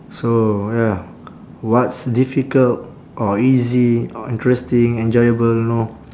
so ya what's difficult or easy or interesting enjoyable you know